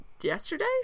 yesterday